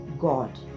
God